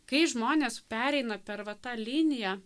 kai žmonės pereina per va tą liniją